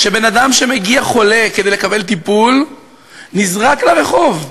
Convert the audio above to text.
כשבן-אדם שמגיע חולה כדי לקבל טיפול נזרק לרחוב,